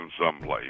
someplace